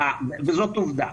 וזאת עובדה.